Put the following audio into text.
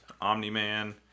Omni-Man